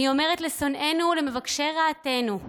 אני אומרת לשונאינו ולמבקשי רעתנו: